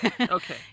Okay